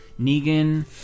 Negan